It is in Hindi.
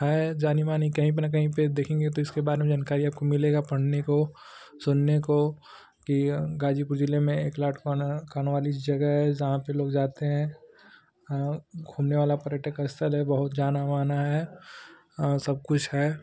है जानी मानी कहीं पर न कहीं पर देखेंगे तो इसके बारे में जानकारी आपको मिलेगी पढ़ने को सुनने को कि गाज़ीपुर जिले में एक लॉर्ड कॉर्न कॉर्नवालिस जगह है जहाँ पर लोग जाते हैं घूमने वाला पर्यटक स्थल है बहुत जाना माना है सबकुछ है